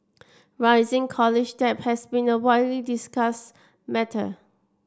rising college debt has been a widely discussed matter